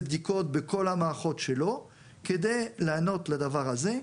בדיקות בכל המערכות שלו כדי לענות לדבר הזה.